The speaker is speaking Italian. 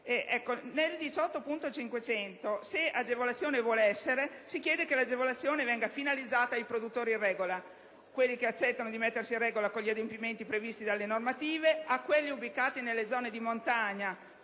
chiede che, se agevolazione vuole essere, venga finalizzata ai produttori in regola, a quelli che accettano di mettersi in regola con gli adempimenti previsti dalle normative, a quelli ubicati nelle zone di montagna